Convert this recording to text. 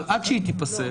אבל עד שהיא תיפסל.